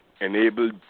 enabled